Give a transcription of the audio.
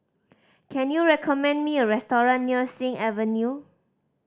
can you recommend me a restaurant near Sing Avenue